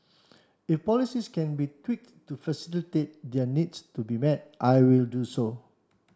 if policies can be tweaked to facilitate their needs to be met I will do so